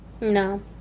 No